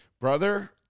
Brother